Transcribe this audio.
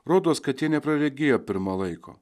rodos kad tie nepraregėję pirma laiko